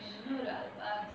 pass